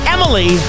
Emily